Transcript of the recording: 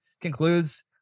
concludes